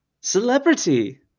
celebrity